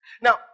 Now